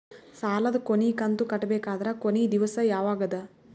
ಸಾಲದ ಕೊನಿ ಕಂತು ಕಟ್ಟಬೇಕಾದರ ಕೊನಿ ದಿವಸ ಯಾವಗದ?